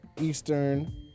Eastern